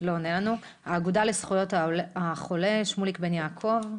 נשמע מהאגודה לזכויות החולה, שמוליק בן יעקב,